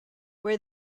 where